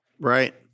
Right